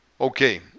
Okay